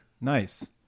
Nice